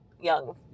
young